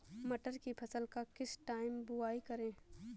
मटर की फसल का किस टाइम बुवाई करें?